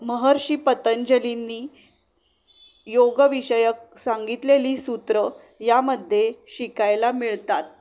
महर्षी पतंजलींनी योग विषयक सांगितलेली सूत्रं यामध्ये शिकायला मिळतात